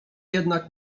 jednak